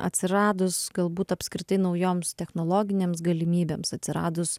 atsiradus galbūt apskritai naujoms technologinėms galimybėms atsiradus